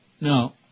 No